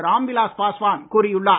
ராம்விலாஸ் பாஸ்வான் கூறியுள்ளார்